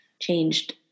changed